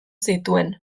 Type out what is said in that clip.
zituen